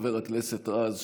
חבר הכנסת רז,